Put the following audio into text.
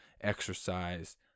Exercise